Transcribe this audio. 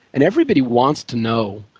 and everybody wants to know,